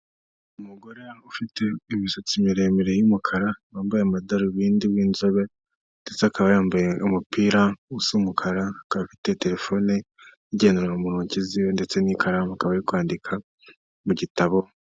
Umugore ufite imisatsi miremire y'umukara wambaye amadarubindi w'inzobe, ndetse akaba yambaye umupira usa umukara, akaba afite terefone igendanwa mu ntoki ziwe ndetse n'ikaramu akaba ari kwandika mu gitabo.